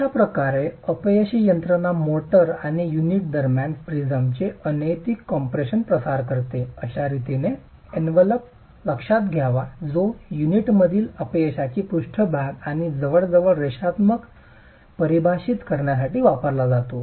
अशाप्रकारे अपयशी यंत्रणा मोर्टार आणि युनिट दरम्यान प्रिझममध्ये अनैतिक कम्प्रेशनचा प्रसार करते अशा रीतीने एनवेलोप लक्षात घ्यावा जो युनिटमधील अपयशाची पृष्ठभाग आणि जवळजवळ रेषात्मक O D परिभाषित करण्यासाठी वापरला जातो